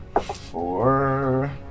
four